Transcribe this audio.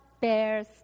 bears